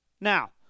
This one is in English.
Now